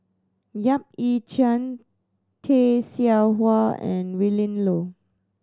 Yap Ee Chian Tay Seow Huah and Willin Low